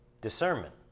discernment